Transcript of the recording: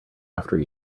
after